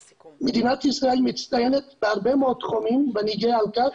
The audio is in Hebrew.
מדינת ישראל מצטיינת בהרבה מאוד תחומים ואני גאה על כך,